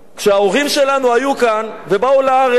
כשההורים שלנו היו כאן ובאו לארץ,